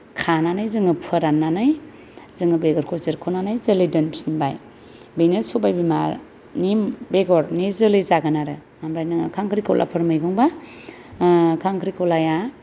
खानानै जोङो फोराननानै जोङो बेगरखौ जोरख'नानै जोलै दोनफिनबाय बेनो सबाय बिमानि बेगरनि जोलै जागोन आरो ओमफ्राय नोङो खांख्रिखलाफोर मैगंब्ला खांख्रिखलाया